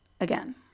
again